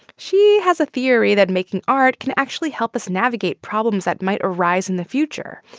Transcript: she has a theory that making art can actually help us navigate problems that might arise in the future.